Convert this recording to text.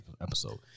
episode